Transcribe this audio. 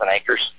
acres